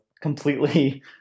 completely